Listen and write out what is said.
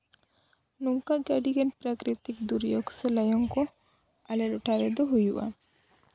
ᱱᱚᱝᱠᱟᱜᱮ ᱟᱹᱰᱤᱜᱟᱱ ᱯᱨᱟᱠᱨᱤᱛᱤᱠ ᱫᱩᱨᱡᱳᱜᱽ ᱥᱮ ᱞᱟᱭᱚᱝ ᱠᱚ ᱟᱞᱮ ᱴᱚᱴᱷᱟ ᱨᱮᱫᱚ ᱦᱩᱭᱩᱜᱼᱟ